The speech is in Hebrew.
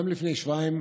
גם לפני כשבועיים,